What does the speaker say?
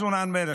סון הר מלך,